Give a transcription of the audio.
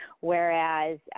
Whereas